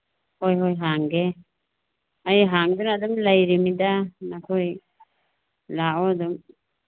ꯍꯣꯏ ꯍꯣꯏ ꯍꯥꯡꯒꯦ ꯑꯩ ꯍꯥꯡꯗꯅ ꯑꯗꯨꯝ ꯂꯩꯔꯤꯝꯅꯤꯗ ꯅꯈꯣꯏ ꯂꯥꯛꯑꯣ ꯑꯗꯨꯝ